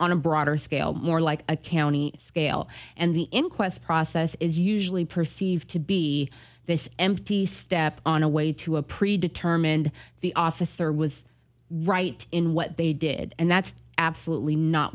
on a broader scale more like a county scale and the inquest process is usually perceived to be this empty step on a way to a pre determined the officer was right in what they did and that's absolutely not